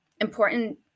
important